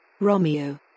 Romeo